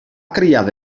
criada